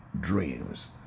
dreams